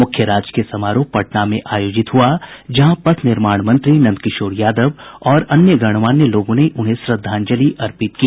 मुख्य राजकीय समारोह पटना में आयोजित हुआ जहां पथ निर्माण मंत्री नंदकिशोर यादव और अन्य गणमान्य लोगों ने उन्हें श्रद्धांजलि अर्पित की